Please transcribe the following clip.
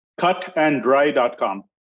Cutanddry.com